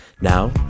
Now